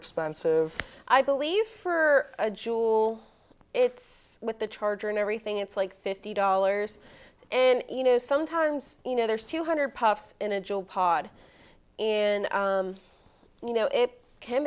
expensive i believe for a jewel it's with the charger and everything it's like fifty dollars and you know sometimes you know there's two hundred puffs in a job pod and you know it can